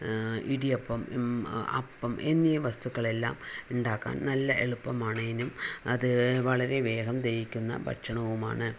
ഇടിയപ്പം അപ്പം എന്നീ വസ്തുക്കളെല്ലാം ഉണ്ടാക്കാൻ നല്ല എളുപ്പമാണേനും അത് വളരെ വേഗം ദഹിക്കുന്ന ഭക്ഷണവുമാണ്